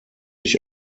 ich